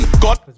God